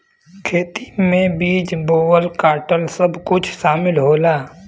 खेती में बीज बोवल काटल सब कुछ सामिल होला